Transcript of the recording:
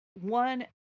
one